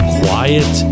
quiet